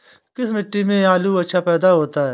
किस मिट्टी में आलू अच्छा पैदा होता है?